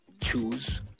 choose